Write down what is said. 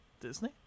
Disney